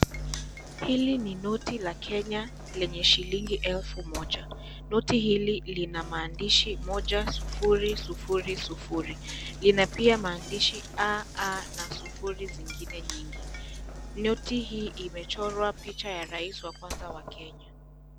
Hili ni noti la kenya lenye shilingi elfu moja. Noti hili lina maandishi 1000. Lina pia maandishi AA na sufuri zingine nyingi. Noti hii imechorwa Rais wa kwanza wa Kenya.